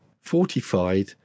fortified